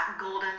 Golden